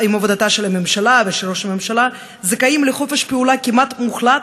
הממשלה וראש הממשלה זכאים לחופש פעולה כמעט מוחלט,